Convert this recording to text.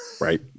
Right